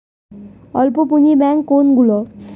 অল্প পুঁজি ব্যাঙ্ক কোনগুলি?